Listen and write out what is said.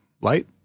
light